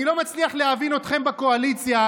אני לא מצליח להבין אתכם בקואליציה,